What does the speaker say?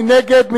מי נגד?